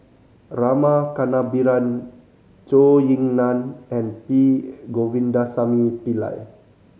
Rama Kannabiran Zhou Ying Nan and P Govindasamy Pillai